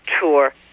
tour